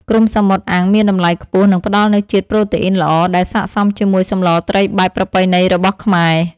គ្រំសមុទ្រអាំងមានតម្លៃខ្ពស់និងផ្តល់នូវជាតិប្រូតេអ៊ីនល្អដែលស័ក្តិសមជាមួយសម្លត្រីបែបប្រពៃណីរបស់ខ្មែរ។